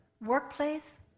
workplace